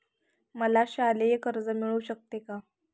मला शालेय कर्ज मिळू शकते का?